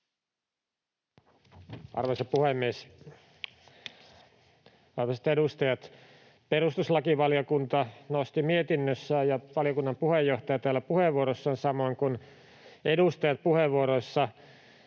Arvoisa puhemies! Arvoisat edustajat! Perustuslakivaliokunta nosti mietinnössään ja valiokunnan puheenjohtaja puheenvuorossaan samoin kuin edustajat puheenvuoroissaan